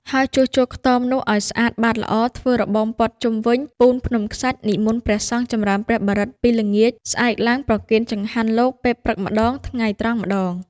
ហើយជួសជុលខ្ទមនោះឲ្យស្អាតបាតល្អ ធ្វើរបងព័ទ្ធជុំវិញ ពូនភ្នំខ្សាច់ និមន្តព្រះសង្ឃចម្រើនព្រះបរិត្តពីល្ងាចស្អែកឡើងប្រគេនចង្ហាន់លោក ពេលព្រឹកម្ដង ថ្ងៃត្រង់ម្ដង ។